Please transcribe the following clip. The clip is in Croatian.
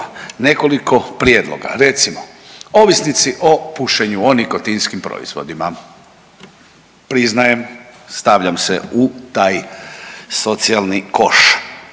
nekoliko prijedloga, recimo ovisnici o pušenju, o nikotinskim proizvodima. Priznajem, stavljam se u taj socijalni koš.